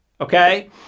Okay